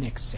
next